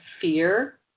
fear